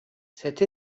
cette